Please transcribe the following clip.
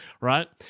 right